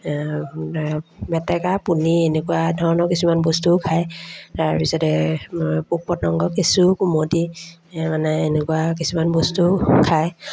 মেটেকা পুনি এনেকুৱা ধৰণৰ কিছুমান বস্তুও খায় তাৰপিছতে পোক পতংগ কেঁচু কুমটি মানে এনেকুৱা কিছুমান বস্তুও খায়